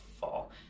fall